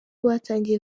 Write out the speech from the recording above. batangiye